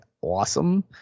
awesome